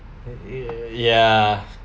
ya